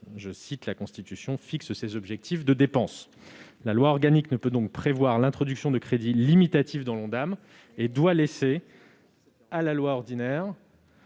sociale fixent [...] ses objectifs de dépenses ». La loi organique ne peut donc prévoir l'introduction de crédits limitatifs dans l'Ondam et doit laisser à la loi ordinaire